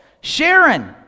Sharon